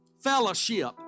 fellowship